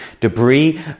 debris